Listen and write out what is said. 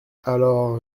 alors